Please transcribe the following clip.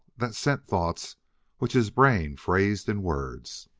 that sent thoughts which his brain phrased in words.